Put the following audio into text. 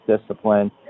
discipline